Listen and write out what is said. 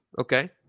Okay